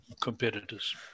competitors